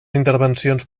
intervencions